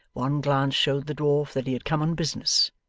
one glance showed the dwarf that he had come on business.